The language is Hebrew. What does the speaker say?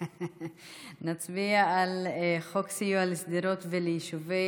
נצביע על חוק סיוע לשדרות וליישובי